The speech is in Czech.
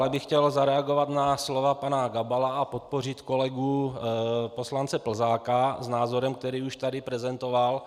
Dále bych chtěl zareagovat na slova pana Gabala a podpořit kolegu poslance Plzáka s názorem, který už tady prezentoval.